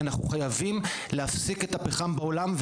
אנחנו חייבים להפסיק את הפחם בעולם.